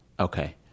Okay